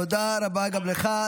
תודה רבה גם לך.